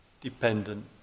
dependent